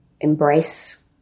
embrace